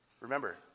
Remember